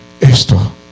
Esto